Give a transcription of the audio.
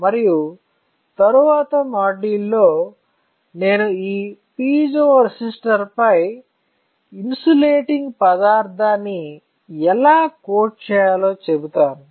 మరియు తరువాతి మాడ్యూల్లో నేను ఈ పిజో రెసిస్టర్ పై ఇన్సులేటింగ్ పదార్థాన్ని ఎలా కోట్ చేయాలో చెబుతాను